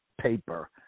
paper